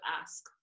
ask